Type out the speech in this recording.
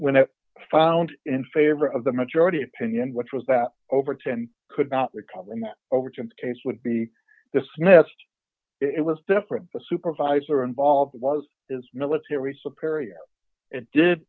when it found in favor of the majority opinion which was that overturned could not recover in that overturned case would be dismissed it was different the supervisor involved was his military superiors and did